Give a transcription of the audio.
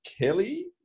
Kelly